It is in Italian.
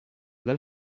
dal